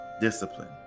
Discipline